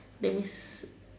there is